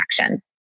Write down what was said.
action